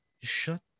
shut